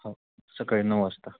हो सकाळी नऊ वाजता